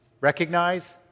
Recognize